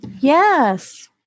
Yes